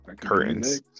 Curtains